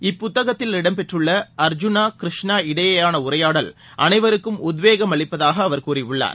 இப்புத்தகத்தில் இடம்பெற்றுள்ள அர்ஜுனா கிருஷ்ணா இடையேயானஉரையாடல் அனைவருக்கும் உத்வேகம் அளிப்பதாகஅவர் கூறியுள்ளார்